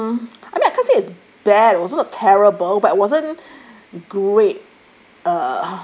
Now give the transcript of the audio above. kind of hmm I mean I can't say it's bad also not terrible but it wasn't great